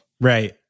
Right